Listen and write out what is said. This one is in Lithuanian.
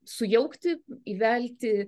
sujaukti įvelti